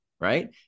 right